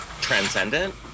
transcendent